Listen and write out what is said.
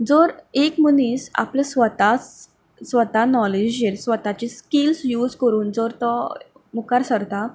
जर एक मनीस आपलो स्वता स्वता नोलेजर स्वताचे स्किल्स यूज करून जर तो मुखार सरता